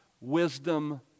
wisdom